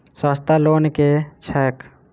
सस्ता लोन केँ छैक